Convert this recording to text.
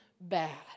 bad